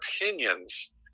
opinions